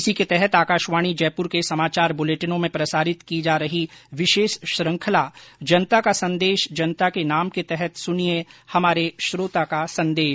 इसी के तहत आकाशवाणी जयपुर के समाचार बुलेटिनों में प्रसारित की जा रही विशेष श्रृखंला जनता का संदेश जनता के नाम के तहत सुनिये हमारे श्रोता का संदेश